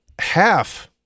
half